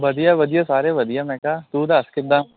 ਵਧੀਆ ਵਧੀਆ ਸਾਰੇ ਵਧੀਆ ਮੈਂ ਕਿਹਾ ਤੂੰ ਦੱਸ ਕਿੱਦਾਂ